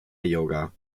yoga